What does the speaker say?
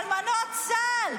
אלמנות צה"ל.